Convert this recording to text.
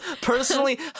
personally